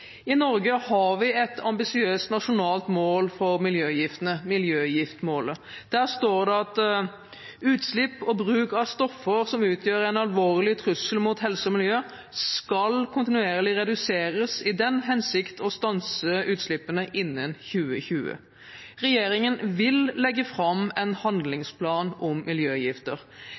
I Norge har vi et ambisiøst nasjonalt mål for miljøgiftene – miljøgiftmålet – der står det: «Utslipp og bruk av kjemikalier som utgjør en alvorlig trussel mot helse og miljø skal kontinuerlig reduseres i den hensikt å stanse utslippene innen Regjeringen vil legge fram en